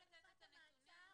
על חלופות המעצר.